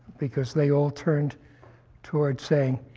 because they all turned toward saying,